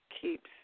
keeps